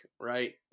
right